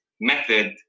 method